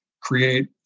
create